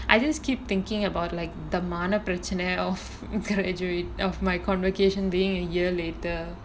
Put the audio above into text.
I just keep thinking about like the மான பிரச்சன:maana pirachana of graduate of my convocation being a year later